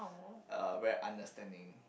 uh very understanding